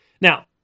Now